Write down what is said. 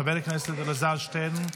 חבר הכנסת אלעזר שטרן,